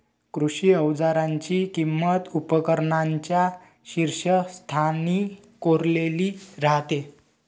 कृषी अवजारांची किंमत उपकरणांच्या शीर्षस्थानी कोरलेली राहते